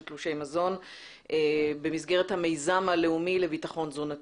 תלושי מזון במסגרת המיזם הלאומי לביטחון תזונתי.